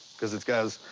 cause it's guys